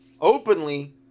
openly